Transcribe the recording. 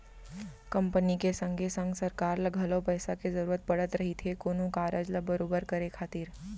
company के संगे संग सरकार ल घलौ पइसा के जरूरत पड़त रहिथे कोनो कारज ल बरोबर करे खातिर